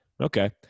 Okay